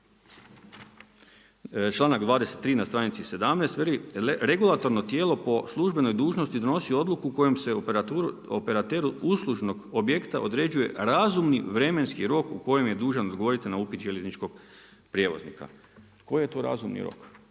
članak 23. na stranici 17, veli: „Regulatorno tijelo po službenoj dužnosti donosi odluku u kojem se operateru uslužnog objekta određuje razumni vremenski rok u kojem je dužan odgovoriti na upit željezničkog prijevoznika.“ Koji je to razumni rok?